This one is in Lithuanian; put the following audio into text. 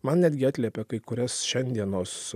man netgi atliepia kai kurias šiandienos